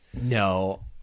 No